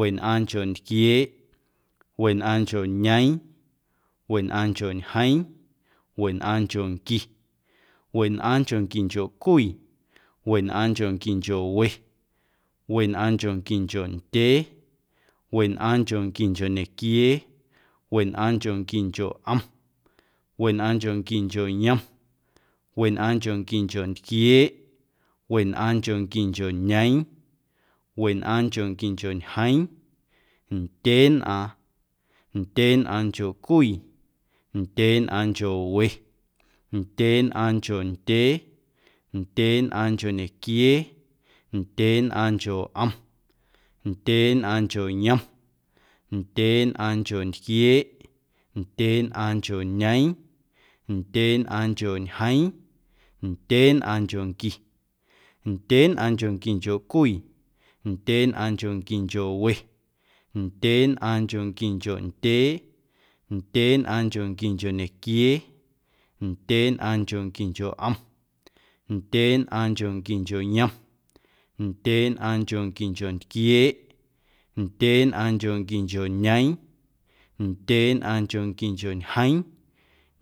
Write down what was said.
Wenꞌaaⁿncho ntquieeꞌ, wenꞌaaⁿncho ñeeⁿ, wenꞌaaⁿncho ñjeeⁿ, wenꞌaaⁿnchonqui, wenꞌaaⁿnchonquincho cwii, wenꞌaaⁿnchonquincho we, wenꞌaaⁿnchonquincho ndyee, wenꞌaaⁿnchonquincho ñequiee, wenꞌaaⁿnchonquincho ꞌom, wenꞌaaⁿnchonquincho yom, wenꞌaaⁿnchonquincho ntquieeꞌ, wenꞌaaⁿnchonquincho ñeeⁿ, wenꞌaaⁿnchonquincho ñjeeⁿ, ndyeenꞌaaⁿ, ndyeenꞌaaⁿncho cwii, ndyeenꞌaaⁿncho we, ndyeenꞌaaⁿncho ndyee, ndyeenꞌaaⁿncho ñequiee, ndyeenꞌaaⁿncho ꞌom, ndyeenꞌaaⁿncho yom, ndyeenꞌaaⁿncho tquieeꞌ, ndyeenꞌaaⁿncho ñeeⁿ ndyeenꞌaaⁿncho ñjeeⁿ, ndyeenꞌaaⁿnchonqui, ndyeenꞌaaⁿnchonquincho cwii, ndyeenꞌaaⁿnchonquincho we, ndyeenꞌaaⁿnchonquincho ndyee, ndyeenꞌaaⁿnchonquincho ñequiee, ndyeenꞌaaⁿnchonquincho ꞌom, ndyeenꞌaaⁿnchonquincho yom, ndyeenꞌaaⁿnchonquincho ntquieeꞌ, ndyeenꞌaaⁿnchonquincho ñeeⁿ, ndyeenꞌaaⁿnchonquincho ñjeeⁿ,